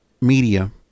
media